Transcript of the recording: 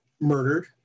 murdered